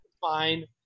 fine